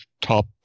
top